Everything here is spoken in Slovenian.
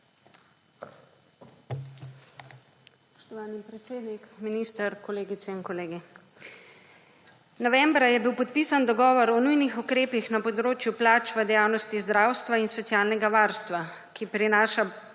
Spoštovani predsednik, minister, kolegice in kolegi. Novembra je bil podpisan dogovor o nujnih ukrepih na področju plač v dejavnosti zdravstva in socialnega varstva, ki prinaša